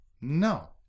No